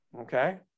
okay